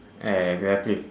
exactly